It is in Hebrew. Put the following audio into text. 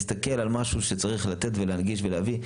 להסתכל על משהו שצריך לתת ולהנגיש ולהביא,